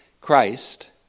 Christ